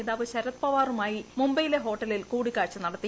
നേതാവ് ശരത് പവാറുമായി മുംബൈയിലെ ഹോട്ടലിൽ കൂടിക്കാഴ്ച നടത്തി